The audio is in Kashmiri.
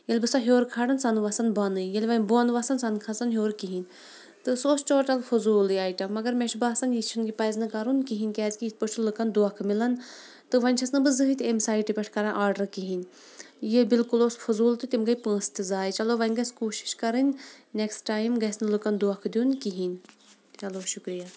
ییٚلہِ بہٕ سۄ ہیوٚر کھاران سۄ نہٕ وَسان بۄنٕے ییٚلہِ وۄنۍ بۄن وَسان سۄ نہٕ کھَسان ہیوٚر کِہیٖنۍ تہٕ سُہ اوس ٹوٹَل فضوٗلٕے آیٹَم مگر مےٚ چھُ باسان یہِ چھِنہٕ یہِ پَزِ نہٕ کَرُن کِہیٖنۍ کیٛازِکہِ یِتھ پٲٹھۍ چھِ لُکَن دھوکہٕ مِلان تہٕ وۄںۍ چھٮ۪س نہٕ بہٕ زٕہٕنۍ تہِ ایٚمہِ سایٹہِ پٮ۪ٹھ کَران آرڈر کِہیٖنۍ یہِ بالکل اوس فضوٗل تہٕ تِم گٔیٚے پونٛسہٕ تہِ زاے چلو وۄنۍ گژھِ کوٗشِش کَرٕنۍ نیٚکٕس ٹایِم گژھِنہٕ لُکَن دھوکہٕ دیُٚن کِہیٖنۍ چلو شُکریہ